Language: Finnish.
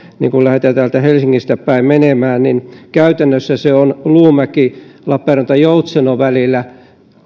ja kun lähdetään täältä helsingistä päin menemään niin käytännössä se on tällä hetkellä suunnitelmissa luumäki lappeenranta joutseno välillä